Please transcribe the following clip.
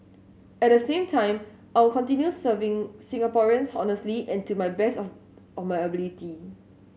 at the same time I will continue serving Singaporeans honestly and to my best of of my ability